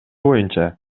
боюнча